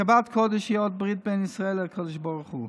שבת קודש היא אות ברית בין ישראל לקדוש ברוך הוא.